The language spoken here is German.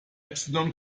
epsilon